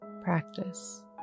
practice